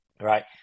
right